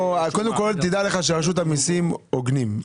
לא, קודם כל תדע לך שרשות המיסים הוגנים.